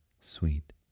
sweet